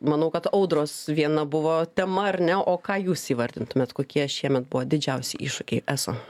manau kad audros viena buvo tema ar ne o ką jūs įvardintumėt kokie šiemet buvo didžiausi iššūkiai eso